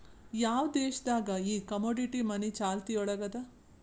ಯಾವ್ ದೇಶ್ ದಾಗ್ ಈ ಕಮೊಡಿಟಿ ಮನಿ ಚಾಲ್ತಿಯೊಳಗದ?